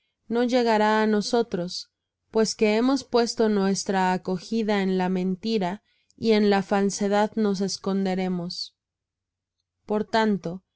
no llegará á nosotros pues que hemos puesto nuestra acogida en la mentira y en la falsedad nos esconderemos por tanto